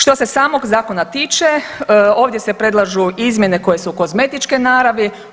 Što se samog zakona tiče ovdje se predlažu izmjene koje su kozmetičke naravi.